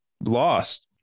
lost